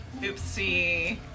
Oopsie